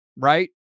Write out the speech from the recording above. right